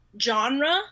genre